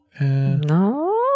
No